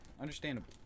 Understandable